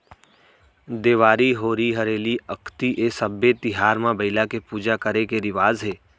देवारी, होरी हरेली, अक्ती ए सब्बे तिहार म बइला के पूजा करे के रिवाज हे